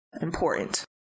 important